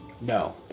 No